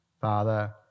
father